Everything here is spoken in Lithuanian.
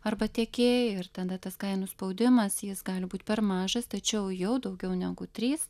arba tiekėjai ir tada tas kainų spaudimas jis gali būt per mažas tačiau jau daugiau negu trys